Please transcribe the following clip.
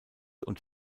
und